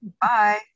Bye